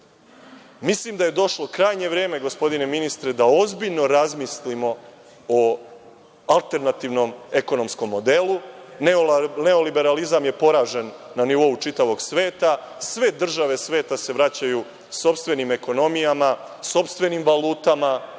da je došlo krajnje vreme, gospodine ministre, da ozbiljno razmislimo o alternativnom ekonomskom modelu. Neoliberalizam je poražen na nivou čitavog sveta. Sve države sveta se vraćaju sopstvenim ekonomijama, sopstvenim valutama,